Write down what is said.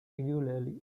regularly